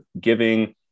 giving